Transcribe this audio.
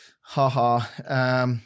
haha